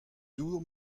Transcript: dour